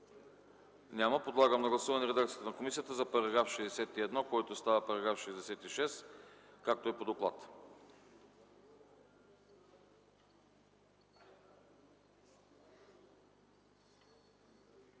Няма. Подлагам на гласуване редакцията на комисията за § 80, който става § 87, както е по доклада.